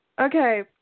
Okay